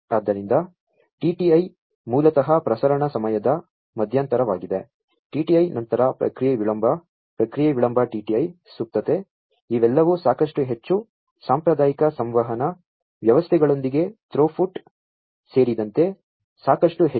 ಆದ್ದರಿಂದ TTI ಮೂಲತಃ ಪ್ರಸರಣ ಸಮಯದ ಮಧ್ಯಂತರವಾಗಿದೆ TTI ನಂತರ ಪ್ರಕ್ರಿಯೆ ವಿಳಂಬ ಪ್ರಕ್ರಿಯೆ ವಿಳಂಬ TTI ಸುಪ್ತತೆ ಇವೆಲ್ಲವೂ ಸಾಕಷ್ಟು ಹೆಚ್ಚು ಸಾಂಪ್ರದಾಯಿಕ ಸಂವಹನ ವ್ಯವಸ್ಥೆಗಳೊಂದಿಗೆ ಥ್ರೋಪುಟ್ ಸೇರಿದಂತೆ ಸಾಕಷ್ಟು ಹೆಚ್ಚು